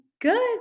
Good